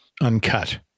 Uncut